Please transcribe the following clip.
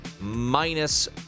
minus